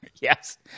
Yes